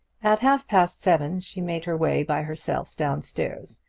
at half-past seven she made her way by herself down-stairs.